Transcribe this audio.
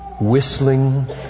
Whistling